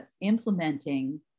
implementing